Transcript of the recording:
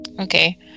okay